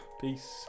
Peace